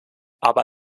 aber